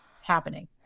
happening